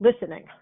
listening